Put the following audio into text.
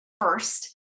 first